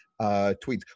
tweets